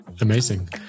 Amazing